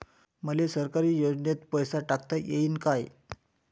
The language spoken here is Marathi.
मले सरकारी योजतेन पैसा टाकता येईन काय?